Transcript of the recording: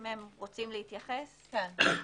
אם הם רוצים להתייחס בבקשה.